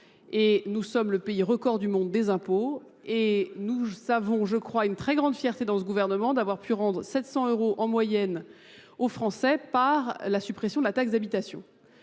et nous sommes le pays record du monde des impôts et nous avons, je crois, une très grande fierté dans ce gouvernement d'avoir pu rendre 700 euros en moyenne aux Français par la suppression de la taxe d'habitation.